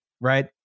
Right